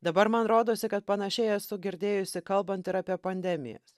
dabar man rodosi kad panašiai esu girdėjusi kalbant ir apie pandemijas